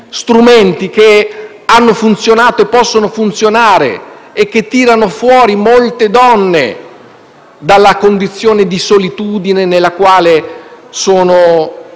strumenti che hanno funzionato, possono funzionare e che tirano fuori molte donne dalla condizione di solitudine nella quale sono